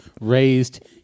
raised